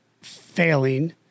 failing